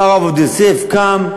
בא הרב עובדיה יוסף, קם,